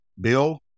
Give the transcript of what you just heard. bill